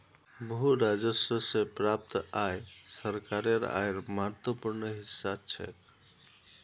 भू राजस्व स प्राप्त आय सरकारेर आयेर महत्वपूर्ण हिस्सा छेक